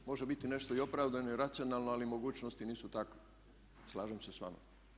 Može biti nešto i opravdano i racionalno ali mogućnosti nisu takve, slažem se s vama.